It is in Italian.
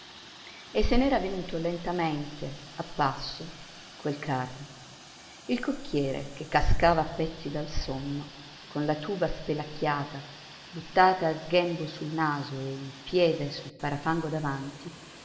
e se n'era venuto lentamente a passo quel carro il cocchiere che cascava a pezzi dal sonno con la tuba spelacchiata buttata a sghembo sul naso e un piede sul parafango davanti